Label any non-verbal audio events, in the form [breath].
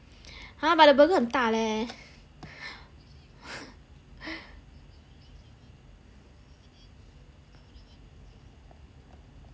!huh! but the burger 很大 leh [breath]